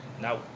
now